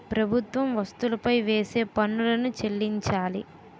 ప్రభుత్వం వస్తువులపై వేసే పన్నులను చెల్లించాలి